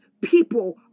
people